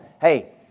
hey